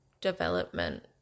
development